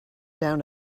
down